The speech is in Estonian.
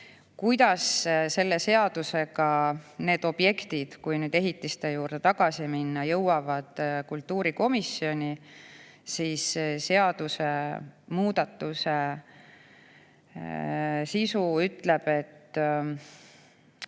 Kuidas selle seadusega need objektid – kui nüüd ehitiste juurde tagasi minna – jõuavad kultuurikomisjoni? Seadusemuudatuse sisu ütleb, et